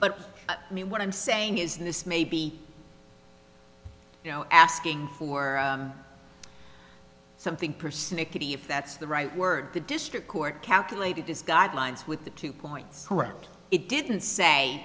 but i mean what i'm saying is this may be you know asking for something percent equity if that's the right word the district court calculated this guidelines with the two points correct it didn't say